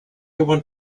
want